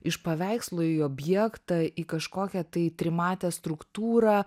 iš paveikslų į objektą į kažkokią tai trimatę struktūrą